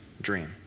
dream